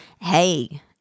hey